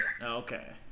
Okay